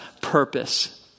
purpose